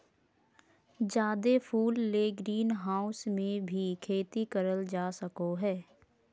जादे फूल ले ग्रीनहाऊस मे भी खेती करल जा सको हय